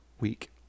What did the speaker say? week